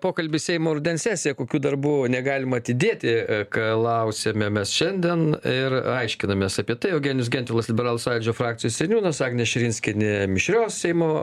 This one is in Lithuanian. pokalbį seimo rudens sesija kokių darbų negalima atidėti klausiame mes šiandien ir aiškinamės apie tai eugenijus gentvilas liberalų sąjūdžio frakcijos seniūnas agnė širinskienė mišrios seimo